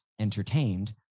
entertained